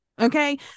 Okay